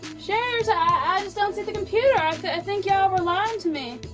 shares i don't see the computer, i think y'all were lying to me.